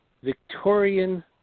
Victorian